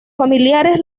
familiares